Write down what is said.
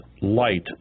light